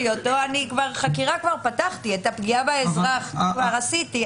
חקירה כבר פתחת, את הפגיעה באזרח כבר עשית.